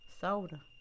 Soda